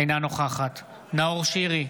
אינה נוכחת נאור שירי,